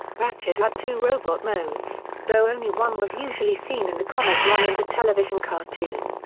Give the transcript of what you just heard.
ratchet had two robot modes, though only one was usually seen in the comic run and the television cartoon.